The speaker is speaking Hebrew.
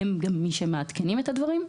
הם גם אלה שמעדכנים את הדברים.